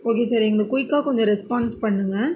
okay sir எங்களுக்கு குயிக்காக கொஞ்சம் ரெஸ்பான்ஸ் பண்ணுங்கள்